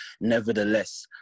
nevertheless